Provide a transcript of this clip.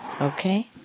okay